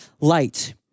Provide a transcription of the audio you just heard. light